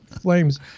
flames